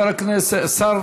שר